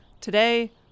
Today